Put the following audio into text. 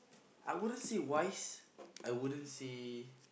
I wouldn't say wise I wouldn't say